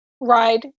ride